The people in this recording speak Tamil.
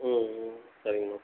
ம் ம் சரிங்க மேம் சரி